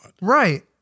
Right